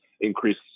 increase